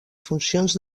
funcions